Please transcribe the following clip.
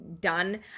done